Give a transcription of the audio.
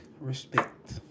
respect